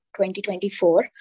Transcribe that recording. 2024